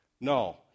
No